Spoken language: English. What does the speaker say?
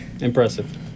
impressive